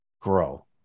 grow